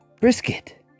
Brisket